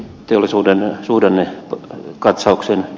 teollisuuden suhdanne on katsauksen